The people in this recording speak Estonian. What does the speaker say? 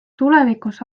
tulevikus